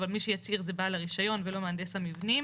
אבל מי שיצהיר זה בעל הרישיון ולא מהנדס המבנים.